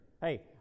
Hey